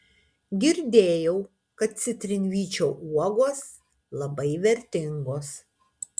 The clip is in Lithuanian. girdėjau kad citrinvyčio uogos labai vertingos